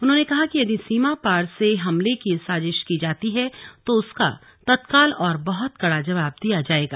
उन्होंने कहा कि यदि सीमा पार से हमले की साजिश की जाती है तो उसका तत्काल और बहुत कड़ा जवाब दिया जायेगा